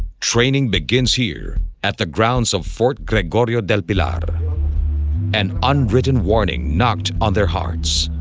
training begins here at the grounds of fort gregorio del pilar and an unwritten warning knocked on their hearts